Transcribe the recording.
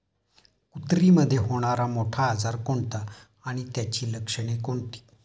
कुत्रीमध्ये होणारा मोठा आजार कोणता आणि त्याची लक्षणे कोणती?